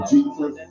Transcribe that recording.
Jesus